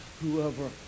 whoever